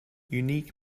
unique